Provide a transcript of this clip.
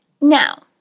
Now